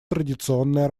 традиционная